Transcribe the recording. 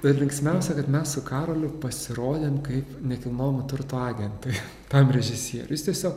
bet linksmiausia kad mes su karoliu pasirodėm kaip nekilnojamo turto agentai tam režisieriui jis tiesiog